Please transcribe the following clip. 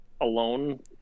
alone